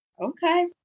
okay